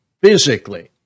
physically